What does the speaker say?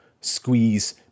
squeeze